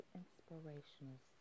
inspirational